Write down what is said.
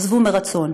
עזבו מרצון.